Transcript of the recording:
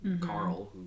Carl